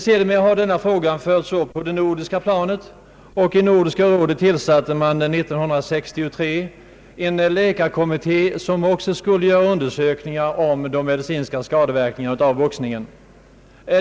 Sedermera har frågan förts upp på det nordiska planet, och Nordiska rådet tillsatte år 1963 en läkarkommitté, som skulle undersöka de medicinska skadeverkningarna av boxningen.